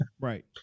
right